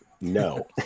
no